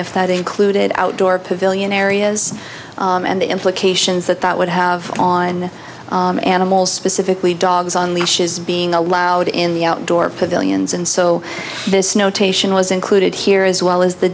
if that included outdoor pavilion areas and the implications that that would have on animals specifically dogs on leashes being allowed in the outdoor pavilions and so this notation was included here as well as the